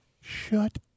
Shut